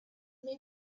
may